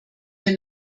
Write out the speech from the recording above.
wir